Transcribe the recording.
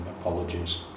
apologies